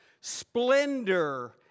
splendor